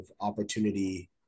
opportunity